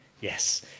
yes